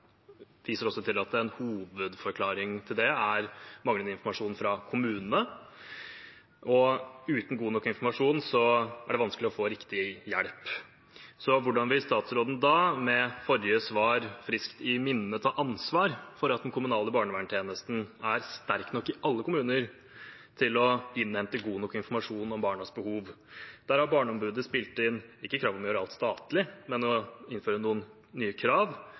viser også til at en hovedforklaring til det er manglende informasjon fra kommunene, og uten god nok informasjon er det vanskelig å få riktig hjelp. Hvordan vil statsråden da – med forrige svar friskt i minne – ta ansvar for at den kommunale barnevernstjenesten er sterk nok i alle kommuner til å innhente god nok informasjon om barnas behov? Det Barneombudet har spilt inn, er ikke krav om å gjøre alt statlig, men at det innføres noen nye krav,